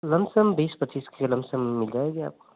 lump sum बीस पच्चीस के लमसम में मिल जाएगी आपको